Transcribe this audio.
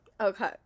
Okay